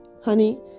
Honey